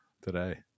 today